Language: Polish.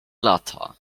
lata